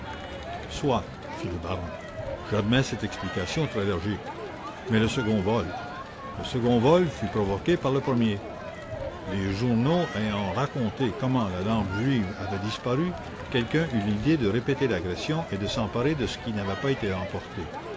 mais le second vol le second vol fut provoqué par le premier les journaux ayant raconté comment la lampe juive avait disparu quelqu'un eut l'idée de répéter l'agression et de s'emparer de ce qui n'avait pas été emporté